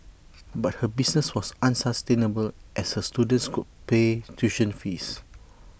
but her business was unsustainable as her students could pay tuition fees